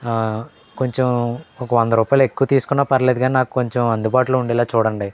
కొంచెం ఒక వంద రూపాయలు ఎక్కువ తీసుకున్నా పర్లేదు కానీ నాకు కొంచెం అందుబాటులో ఉండేలా చూడండి